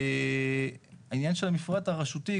העניין של המפרט הרשותי,